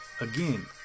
again